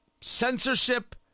censorship